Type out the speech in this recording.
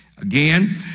Again